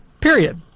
period